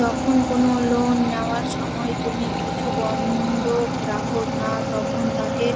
যখন কোনো লোন নেওয়ার সময় তুমি কিছু বন্ধক রাখো না, তখন তাকে